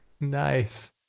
Nice